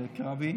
בקרבי,